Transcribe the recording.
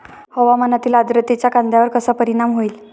हवामानातील आर्द्रतेचा कांद्यावर कसा परिणाम होईल?